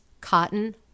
cotton